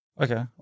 okay